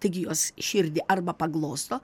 taigi jos širdį arba paglosto